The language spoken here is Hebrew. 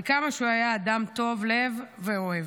על כמה שהוא היה אדם טוב לב ואוהב.